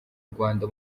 rwanda